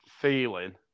feeling